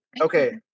Okay